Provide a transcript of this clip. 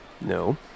No